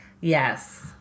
Yes